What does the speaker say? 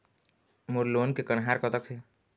मोर loan के कन्हार कतक हे?